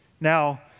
Now